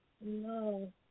No